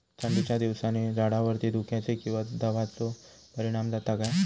थंडीच्या दिवसानी झाडावरती धुक्याचे किंवा दवाचो परिणाम जाता काय?